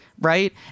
right